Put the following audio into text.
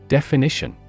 Definition